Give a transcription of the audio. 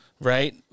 Right